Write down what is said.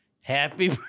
happy